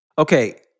Okay